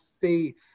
faith